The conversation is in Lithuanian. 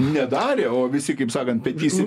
nedarė o visi kaip sakant petys į